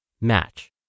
match